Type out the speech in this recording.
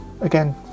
again